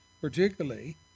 Particularly